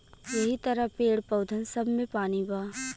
यहि तरह पेड़, पउधन सब मे पानी बा